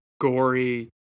gory